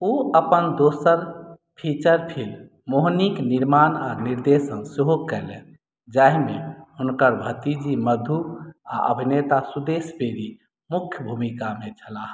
ओ अपन दोसर feature film मोहिनीक निर्माण आओर निर्देशन सेहो कयलनि जाहिमे हुनकर भतीजी मधु आओर अभिनेता सुदेश बेरी मुख्य भूमिकामे छलाह